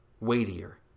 weightier